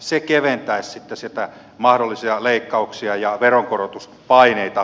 se keventäisi sitten mahdollisia leikkauksia ja veronkorotuspaineita